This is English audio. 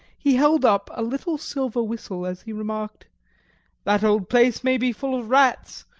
he held up a little silver whistle, as he remarked that old place may be full of rats,